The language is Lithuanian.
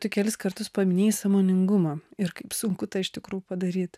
tu kelis kartus paminėjai sąmoningumą ir kaip sunku tai iš tikrųjų padaryt